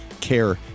care